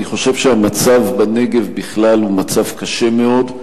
אני חושב שהמצב בנגב בכלל הוא מצב קשה מאוד.